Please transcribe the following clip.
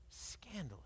Scandalous